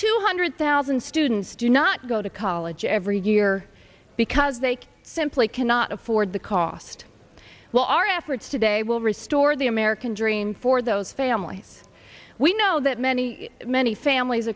two hundred thousand students do not go to college every year because they simply cannot afford the cost well our efforts today will restore the american green for those families we know that many many families